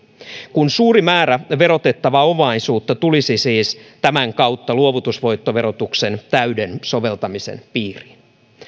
kun suuri määrä verotettavaa omaisuutta tulisi siis tämän kautta luovutusvoittoverotuksen täyden soveltamisen piiriin